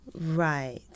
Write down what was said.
Right